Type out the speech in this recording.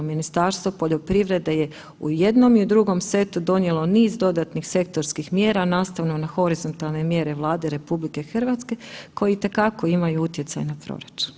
Ministarstvo poljoprivrede je u jednom i u drugom setu donijelo niz dodatnih sektorskih mjera nastavno na horizontalne mjere Vlade RH koji itekako imaju utjecaj na proračun.